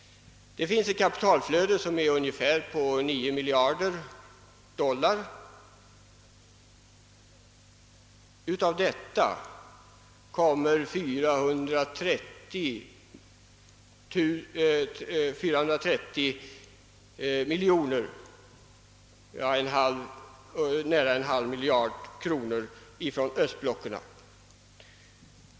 Kapitalflödet från i-länderna till u-länderna uppgår till ungefär 9 miljarder dollar, varav 430 miljoner, d. v. s. nära en halv miljard, kommer från östblocket.